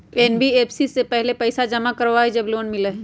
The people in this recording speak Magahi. एन.बी.एफ.सी पहले पईसा जमा करवहई जब लोन मिलहई?